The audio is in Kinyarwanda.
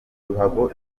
ruhago